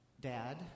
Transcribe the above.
dad